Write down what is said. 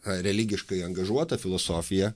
religiškai angažuota filosofija